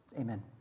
Amen